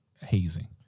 hazing